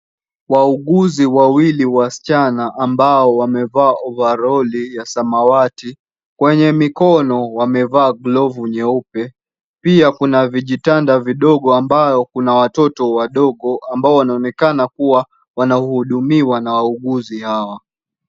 Wauguzi wawili wasichana ambao wamevaa ovaroli ya samawati, kwenye mikono wamevaa glovu nyeupe. Pia kuna vijitanda vidogo ambavyo kuna watoto wadogo ambao wanaonekana kuwa wanahudumiwa na wauguzi hawa.